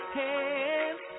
hands